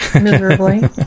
miserably